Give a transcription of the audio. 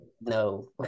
no